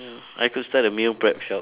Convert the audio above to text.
I could start a meal prep shop